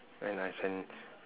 when I can